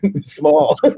small